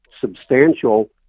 substantial